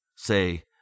say